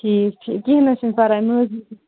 ٹھیٖک ٹھیٖک کِہیٖنٛۍ نہٕ حظ چھُنہٕ پَرواے مہ حظ